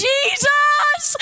Jesus